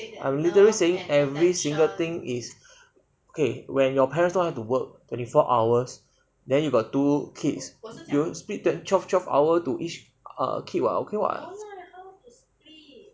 I saying every single thing is !hey! when your parents want to work twenty four hours then you got two kids you will split that twelve twelve hour to each kid [what] okay [what]